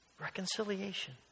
Reconciliation